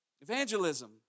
evangelism